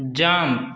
jump